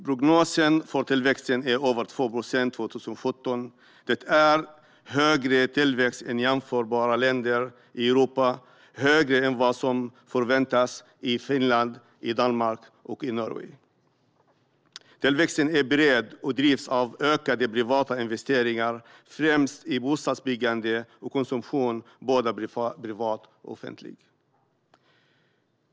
Prognosen för tillväxten är över 2 procent 2017, vilket är en högre tillväxt än i jämförbara länder i Europa och högre än vad som förväntas i Finland, Danmark och Norge. Tillväxten är bred och drivs av ökade privata investeringar, främst i bostadsbyggande och konsumtion, både privat och offentlig.